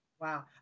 Wow